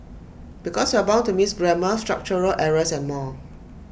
because you're bound to miss grammar structural errors and more